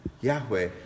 Yahweh